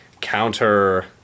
counter